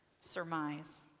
surmise